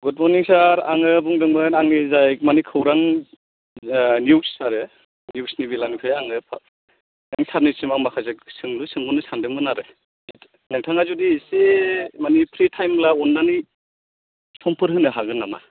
good morning sir आङो बुंदोंमोन आंनि जाय माने खौरां निउस आरो निउस नि बेलानिफ्राय आङो सार निसिम आं माखासे सोंलु सोंहरनो सानदोंमोन आरो नोंथाङा जुदि एसे माने फ्रि टाइम ब्ला अननानै समफोर होनो हागोन नामा